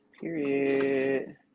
period